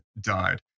died